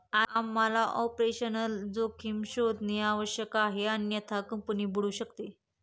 आम्हाला ऑपरेशनल जोखीम शोधणे आवश्यक आहे अन्यथा कंपनी बुडू शकते